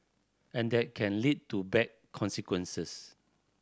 and that can lead to bad consequences